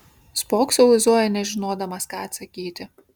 spoksau į zoją nežinodamas ką atsakyti